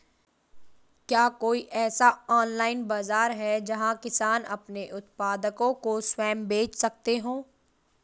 क्या कोई ऐसा ऑनलाइन बाज़ार है जहाँ किसान अपने उत्पादकों को स्वयं बेच सकते हों?